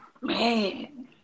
Man